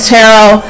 Tarot